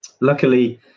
luckily